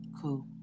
cool